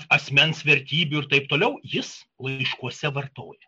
asmens vertybių ir taip toliau jis laiškuose vartoja